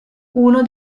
uno